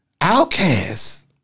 Outcast